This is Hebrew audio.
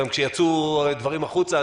כשיצאו דברים החוצה,